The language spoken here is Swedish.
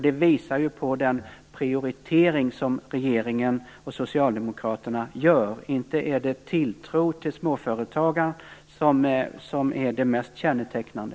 Det visar på den prioritering som regeringen och socialdemokraterna gör. Inte är det tilltro till småföretagaren som är det mest kännetecknande!